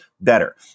better